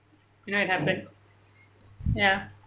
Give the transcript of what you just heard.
I know it happened ya